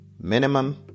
minimum